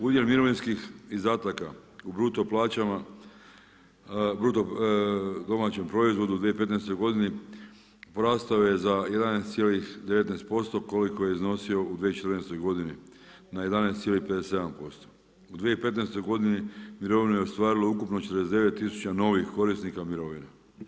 Udjel mirovinskih izdataka u bruto plaćama, bruto domaćem proizvodu u 2015. godini porastao je za 11,19% koliko je iznosio u 2014. godini na 11,57% U 2015. godini mirovine je ostvarilo ukupno 49 tisuća novih korisnika mirovine.